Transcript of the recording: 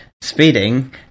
speeding